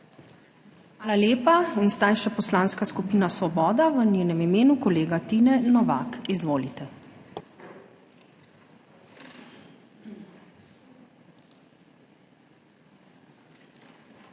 Hvala lepa. In zdaj še Poslanska skupina Svoboda, v njenem imenu kolega Tine Novak. Izvolite. **TINE